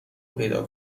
پیدا